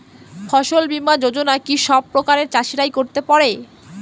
ফসল বীমা যোজনা কি সব প্রকারের চাষীরাই করতে পরে?